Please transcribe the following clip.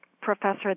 professor